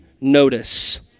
notice